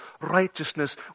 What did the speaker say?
righteousness